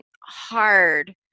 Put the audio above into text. hard